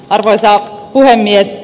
arvoisa puhemies